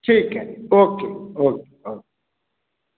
ठीक है okay okay okay